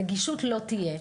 הנגישות לא תהיה.